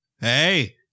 Hey